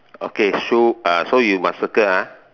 okay shoe uh so you must circle ah